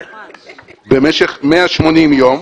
-- במשך 180 יום